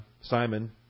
Simon